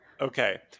Okay